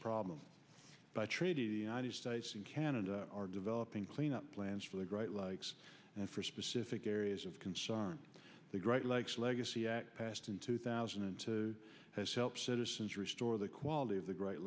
problem by treaty id states in canada are developing clean up plans for the great lakes and for specific areas of concern the great lakes legacy act passed in two thousand and to help citizens restore the quality of the great